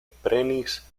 prenis